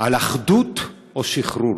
על אחדות או שחרור